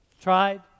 Tried